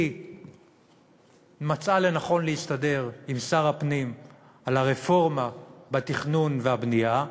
היא מצאה לנכון להסתדר עם שר הפנים על הרפורמה בתכנון והבנייה,